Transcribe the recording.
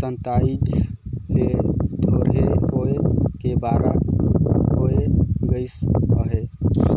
सताइस ले थोरहें होय के बारा होय गइस अहे